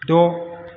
द'